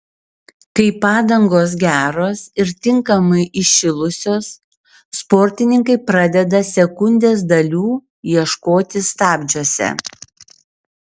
kai padangos geros ir tinkamai įšilusios sportininkai pradeda sekundės dalių ieškoti stabdžiuose